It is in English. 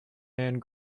hand